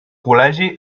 col·legi